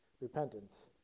Repentance